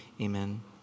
amen